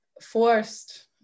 forced